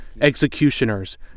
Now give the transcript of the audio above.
executioners